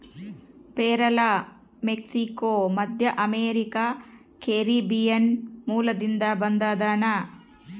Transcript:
ಪೇರಲ ಮೆಕ್ಸಿಕೋ, ಮಧ್ಯಅಮೇರಿಕಾ, ಕೆರೀಬಿಯನ್ ಮೂಲದಿಂದ ಬಂದದನಾ